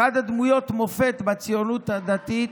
אחת מדמויות המופת בציונות הדתית,